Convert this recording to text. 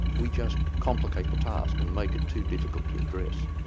we just complicate the task and make it too difficult to address.